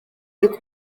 ariko